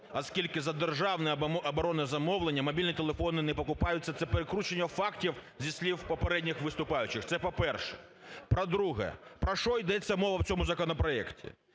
оскільки за державне оборонне замовлення мобільні телефони не покупаються, це перекручування фактів зі слів попередніх виступаючих. Це по-перше. По-друге, про що йдеться мова в цьому законопроекті.